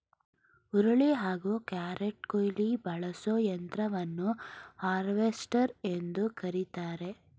ಹುರುಳಿ ಹಾಗೂ ಕ್ಯಾರೆಟ್ಕುಯ್ಲಿಗೆ ಬಳಸೋ ಯಂತ್ರವನ್ನು ಹಾರ್ವೆಸ್ಟರ್ ಎಂದು ಕರಿತಾರೆ